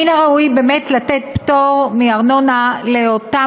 מן הראוי באמת לתת פטור מארנונה לאותן